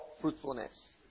fruitfulness